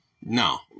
No